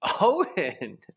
Owen